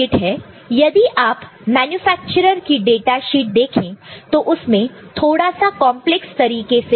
यदि आप मेन्यफ़ेक्चर्र की डेटाशीट देखें तो उसमें थोड़ा सा कॉम्प्लेक्स तरीके से है